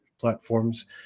platforms